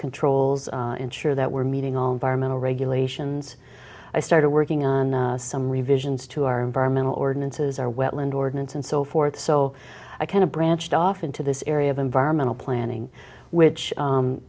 controls ensure that we're meeting all environmental regulations i started working on some revisions to our environmental ordinances our wetlands ordinance and so forth so i kind of branched off into this area of environmental planning which